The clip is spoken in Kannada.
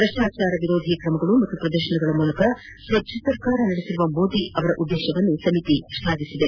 ಭ್ರಷ್ಟಚಾರ ವಿರೋಧಿ ತ್ರಮಗಳ ಮತ್ತು ಪ್ರದರ್ಶನಗಳ ಮೂಲಕ ಸ್ವಚ್ದ ಸರ್ಕಾರ ನಡೆಸಿರುವ ಮೋದಿ ಅವರ ಉದ್ದೇಶವನ್ನು ಸಮಿತಿ ಶ್ಲಾಘಿಸಿದೆ